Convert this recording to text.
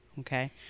Okay